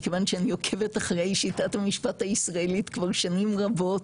מכיוון שאני עוקבת אחרי שיטת המשפט הישראלית כבר שנים רבות,